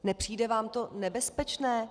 Nepřijde vám to nebezpečné?